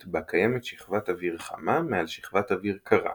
בה קיימת שכבת אוויר חמה מעל שכבת אוויר קרה,